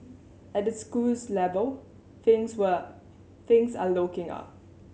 at the schools level things were things rare looking up